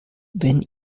wenn